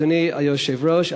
אדוני היושב-ראש,